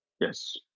Yes